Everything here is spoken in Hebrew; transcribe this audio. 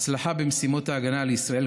הצלחה במשימות ההגנה על ישראל,